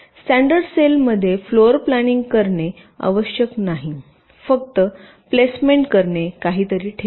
standard सेलमध्ये floor planning करणे आवश्यक नाहीफक्त प्लेसमेंट करणे काहीतरी ठेवणे